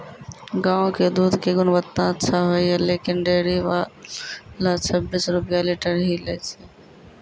गांव के दूध के गुणवत्ता अच्छा होय या लेकिन डेयरी वाला छब्बीस रुपिया लीटर ही लेय छै?